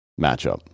matchup